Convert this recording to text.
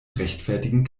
rechtfertigen